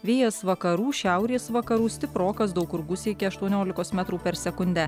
vėjas vakarų šiaurės vakarų stiprokas daug kur gūsiai iki aštuoniolikos metrų per sekundę